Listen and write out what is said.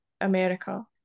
America